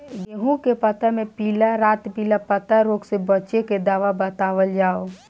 गेहूँ के पता मे पिला रातपिला पतारोग से बचें के दवा बतावल जाव?